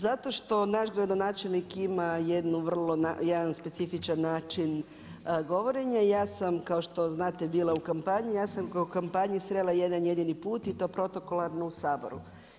Zato što naš gradonačelnik ima jedan specifičan način govorenja, ja sam kao što znate bila u kampanji, ja sam ga u kampanji srela jedan jedini put i to protokolarno u Saboru.